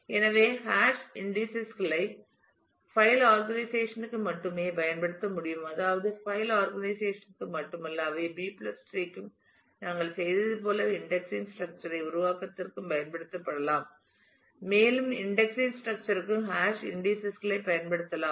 எனவே hash indices களை file organisation க்கு மட்டுமே பயன்படுத்த முடியும் அதாவது பைல் ஆர்கனைசேஷன் க்கு மட்டுமல்ல அவை பி பிளஸ் B டிரீ ற்கும் நாங்கள் செய்ததைப் போலவே இன்டெக்ஸிங் ஸ்ட்ரக்சர் உருவாக்கத்திற்கும் பயன்படுத்தப்படலாம் மேலும் இன்டெக்ஸிங் ஸ்ட்ரக்சர் ற்கும் ஹாஷ் இன்டீஸஸ் களைப் பயன்படுத்தலாம்